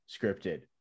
scripted